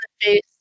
face